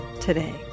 today